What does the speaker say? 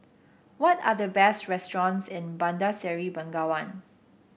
what are the best restaurants in Bandar Seri Begawan